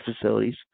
facilities